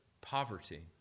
poverty